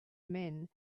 men